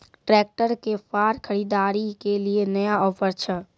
Tractor के फार खरीदारी के लिए नया ऑफर छ?